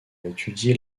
étudié